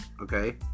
Okay